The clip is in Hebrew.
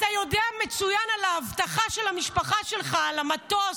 אתה יודע מצוין על האבטחה של המשפחה שלך על המטוס,